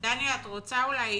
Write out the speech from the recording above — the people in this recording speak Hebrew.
דניה את רוצה אולי